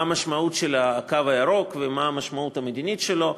מה המשמעות של הקו הירוק ומה המשמעות המדינית שלו,